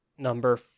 Number